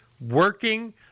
working